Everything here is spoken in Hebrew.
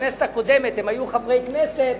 בכנסת הקודמת הם היו חברי כנסת,